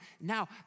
Now